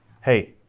Hey